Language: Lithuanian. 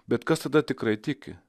bet kas tada tikrai tiki